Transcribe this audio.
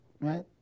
Right